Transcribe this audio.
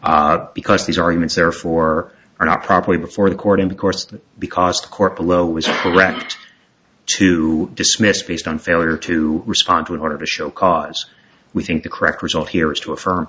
because these arguments therefore are not properly before the court and of course that because the court below was correct to dismiss based on failure to respond to an order to show cause we think the correct result here is to affirm